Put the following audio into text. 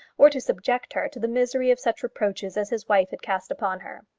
or to subject her to the misery of such reproaches as his wife had cast upon her.